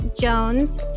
jones